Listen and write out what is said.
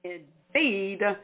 Indeed